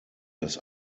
dass